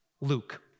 Luke